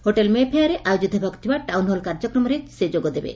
hotel ମେ ଫେୟାର୍ରେ ଆୟୋଜିତ ହେବାକୁ ଥିବା ଟାଉନ୍ ହଲ୍ କାର୍ଯ୍ୟକ୍ରମରେ ଯୋଗ ଦେବେ